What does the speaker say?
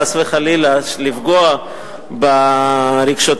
חס וחלילה מלפגוע ברגשותיה,